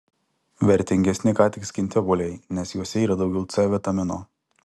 vertingesni ką tik skinti obuoliai nes juose yra daugiau c vitamino